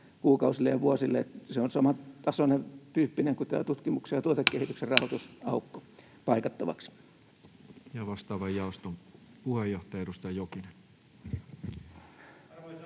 kuukausille ja vuosille. Se on samantasoinen, ‑tyyppinen kuin tämä tutkimuksen ja tuotekehityksen rahoitusaukko paikattavaksi. Ja vastaavan jaoston puheenjohtaja,